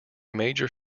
major